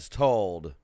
told